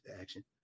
action